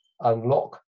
unlock